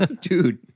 dude